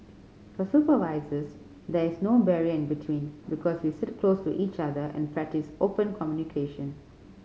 for supervisors there is no barrier in between because we sit close to each other and practice open communication